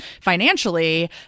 financially